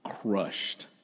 crushed